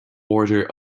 order